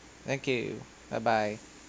thank you bye bye